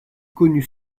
connu